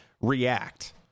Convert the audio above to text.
react